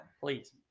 Please